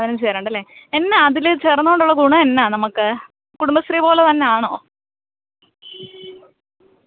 പതിനഞ്ച് പേരുണ്ടല്ലേ എന്നാണ് അതിൽ ചേർന്നോണ്ടുള്ള ഗുണം എന്നാ നമുക്ക് കുടുംബശ്രീ പോലെ തന്നാണോ